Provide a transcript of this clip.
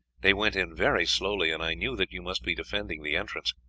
they went in very slowly, and i knew that you must be defending the entrance.